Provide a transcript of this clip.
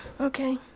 Okay